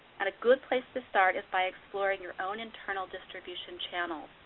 and a good place to start is by exploring your own internal distribution channels.